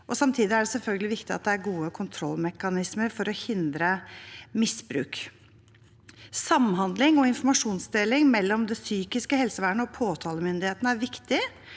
Samtidig er det selvfølgelig viktig at det er gode kontrollmekanismer for å hindre misbruk. Samhandling og informasjonsdeling mellom det psykiske helsevernet og påtalemyndigheten er viktig,